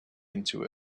into